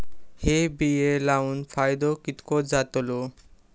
हे बिये लाऊन फायदो कितको जातलो?